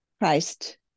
Christ